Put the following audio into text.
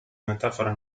metafora